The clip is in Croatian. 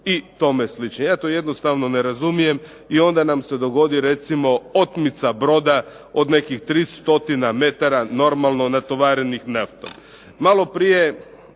i tome slično. Ja to jednostavno ne razumijem i onda nam se dogodi recimo otmica broda od nekih 300 metara normalno natovarenih naftom.